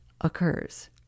occurs